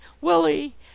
Willie